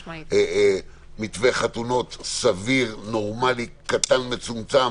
מתווה חתונות סביר, נורמלי, קטן, מצומצם